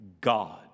God